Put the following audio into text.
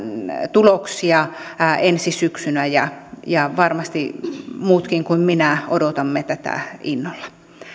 tuloksia ensi syksynä ja ja varmasti muutkin kuin minä odottavat tätä innolla